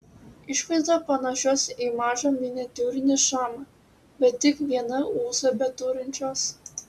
išvaizda panašios į mažą miniatiūrinį šamą bet tik vieną ūsą beturinčios